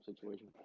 situation